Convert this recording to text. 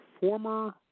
former